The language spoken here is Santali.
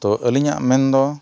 ᱛᱳ ᱟᱹᱞᱤᱧᱟᱜ ᱢᱮᱱᱫᱚ